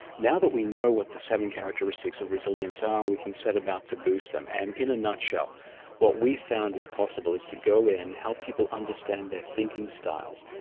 now that we know what the seven characteristics of resilience are we can set about to boost them. and in a nutshell what we found is possible is to go in, help people understand their thinking styles,